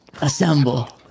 Assemble